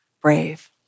brave